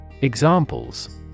Examples